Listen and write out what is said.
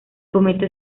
cometa